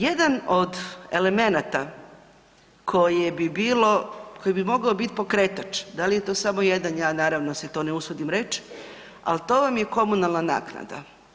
Jedan od elemenata koje bi bilo, koje bi moglo biti pokretač, da li je to samo jedan, ja naravno se to ne usudim reći, ali to vam je komunalna naknada.